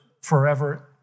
forever